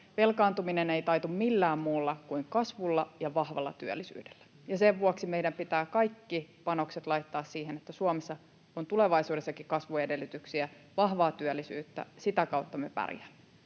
Velkaantuminen ei taitu millään muulla kuin kasvulla ja vahvalla työllisyydellä, ja sen vuoksi meidän pitää kaikki panokset laittaa siihen, että Suomessa on tulevaisuudessakin kasvu-edellytyksiä, vahvaa työllisyyttä, sitä kautta me pärjäämme.